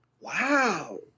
Wow